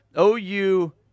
OU